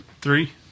Three